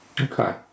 Okay